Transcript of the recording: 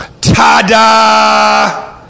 Ta-da